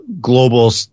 global